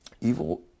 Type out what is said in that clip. evil